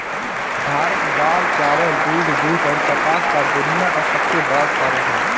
भारत दाल, चावल, दूध, जूट, और कपास का दुनिया का सबसे बड़ा उत्पादक है